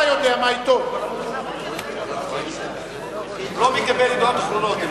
איך אתה יודע מה, הוא לא מקבל "ידיעות אחרונות".